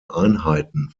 einheiten